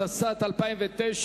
התשס"ט 2009,